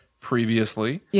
previously